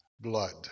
blood